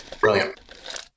brilliant